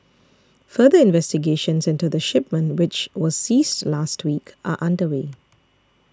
further investigations into the shipment which was seized last week are underway